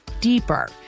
deeper